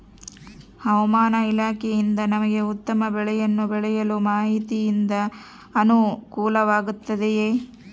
ಹವಮಾನ ಇಲಾಖೆಯಿಂದ ನಮಗೆ ಉತ್ತಮ ಬೆಳೆಯನ್ನು ಬೆಳೆಯಲು ಮಾಹಿತಿಯಿಂದ ಅನುಕೂಲವಾಗಿದೆಯೆ?